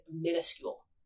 minuscule